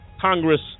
Congress